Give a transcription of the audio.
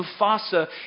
Mufasa